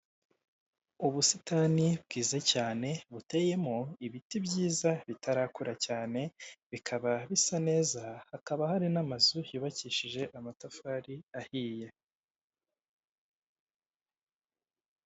Ubusitani bwiza cyane buteyemo ibiti byiza bitarakura cyane bikaba bisa neza hakaba hari n'amazu yubakishije amatafari ahiye.